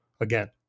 again